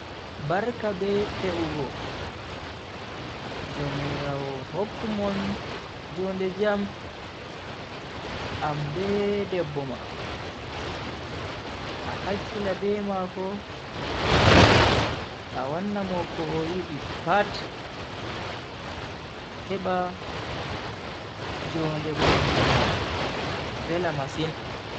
Barka be te'ugo Jaumiraawo hokku mon jonde jam an be debbo ma. A hakkila be mako a wanna mo ko o yidi pat heba jonde mon vela masin.